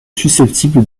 susceptible